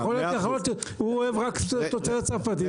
יכול להיות שהוא אוהב רק תוצרת צרפתית,